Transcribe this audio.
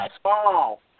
small